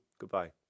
Goodbye